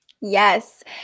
Yes